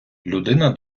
людина